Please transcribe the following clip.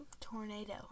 Tornado